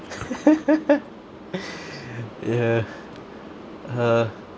ya (uh huh)